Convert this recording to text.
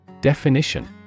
Definition